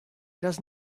does